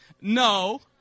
No